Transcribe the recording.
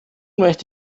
möchte